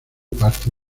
parte